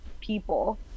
people